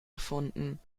gefunden